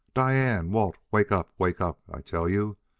diane! walt! wake up! wake up, i tell you!